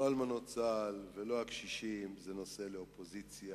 לא אלמנות צה"ל ולא הקשישים הם נושא לאופוזיציה,